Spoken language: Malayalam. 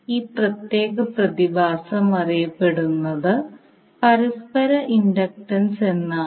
ഈ പ്രത്യേക പ്രതിഭാസം അറിയപ്പെടുന്നത് പരസ്പര ഇൻഡക്റ്റൻസ് എന്നാണ്